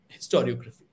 historiography